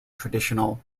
traditional